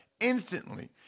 instantly